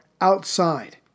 outside